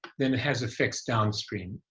then it has effects downstream,